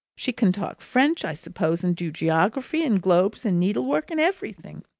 she can talk french, i suppose, and do geography, and globes, and needlework, and everything?